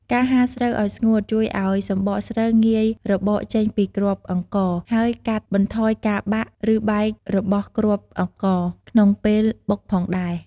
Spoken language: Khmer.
ការហាលស្រូវឲ្យស្ងួតជួយឱ្យសម្បកស្រូវងាយរបកចេញពីគ្រាប់អង្ករ ហើយកាត់បន្ថយការបាក់ ឬបែករបស់គ្រាប់អង្ករក្នុងពេលបុកផងដែរ។